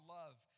love